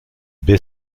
baie